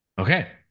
okay